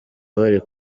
bari